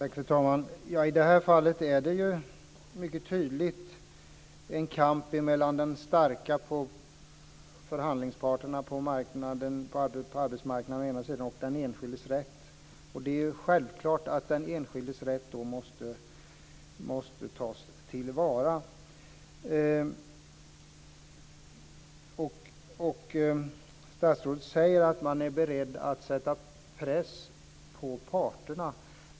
Fru talman! I det här fallet är det mycket tydligt en kamp mellan de starka förhandlingsparterna på arbetsmarknaden å den ena sidan och den enskildes rätt å den andra. Det är självklart att den enskildes rätt då måste tas till vara. Statsrådet säger att man är beredd att sätta press på parterna.